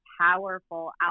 powerful